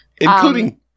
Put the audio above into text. including